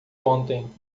ontem